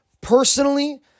Personally